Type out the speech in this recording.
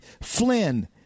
Flynn